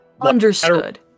Understood